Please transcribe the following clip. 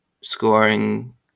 scoring